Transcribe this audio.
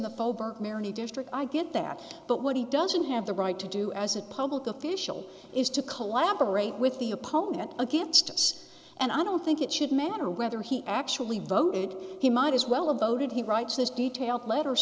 dish i get that but what he doesn't have the right to do as a public official is to collaborate with the opponent against us and i don't think it should matter whether he actually voted he might as well of voted he writes this detailed letter